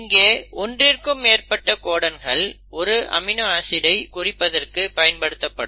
இங்கே ஒன்றிற்கும் மேற்பட்ட கோடன்கள் ஒரு அமினோ ஆசிடை குறிப்பதற்கு பயன்படுத்தப்படும்